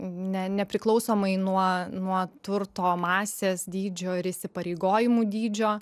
ne nepriklausomai nuo nuo turto masės dydžio ir įsipareigojimų dydžio